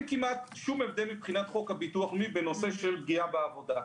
כמעט שום הבדל מבחינת חוק הביטוח הלאומי בנושא של פגיעה בעבודה.